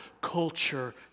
culture